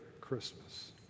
Christmas